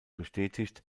bestätigt